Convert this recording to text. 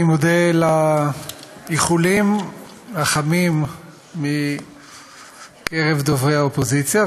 אני מודה על האיחולים החמים מדוברי האופוזיציה,